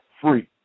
free